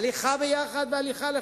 הליכה ביחד והליכה לחוד,